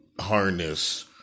harness